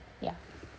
ya